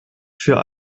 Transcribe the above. für